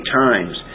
times